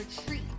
retreat